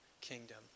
kingdom